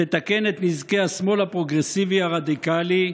תתקן את נזקי השמאל הפרוגרסיבי הרדיקלי,